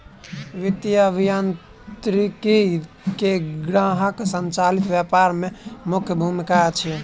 वित्तीय अभियांत्रिकी के ग्राहक संचालित व्यापार में मुख्य भूमिका अछि